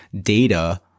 data